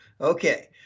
Okay